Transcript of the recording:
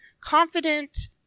confident